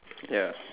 ya